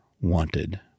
wanted